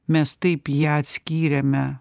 mes taip ją atskyrėme